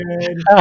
good